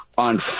On